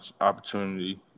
opportunity